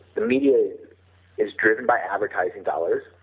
the media is driven by advertising dollars,